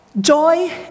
Joy